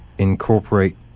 Incorporate